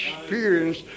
experience